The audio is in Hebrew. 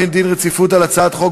אני קובע שהוחל דין הרציפות על הצעת חוק